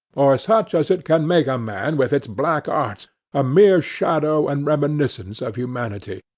or such as it can make a man with its black arts a mere shadow and reminiscence of humanity,